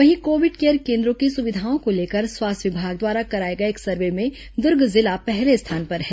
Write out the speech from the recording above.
वहीं Covid care केन्द्रों की सुविधाओं को लेकर स्वास्थ्य विभाग द्वारा कराए गए एक सर्वे में दुर्ग जिला पहले स्थान पर है